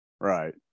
Right